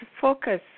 focus